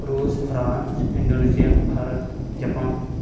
ᱨᱩᱥ France Indonesia Bharat Japan